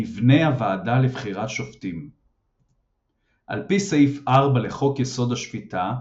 מבנה הוועדה לבחירת שופטים על פי סעיף 4 לחוק יסוד השפיטה,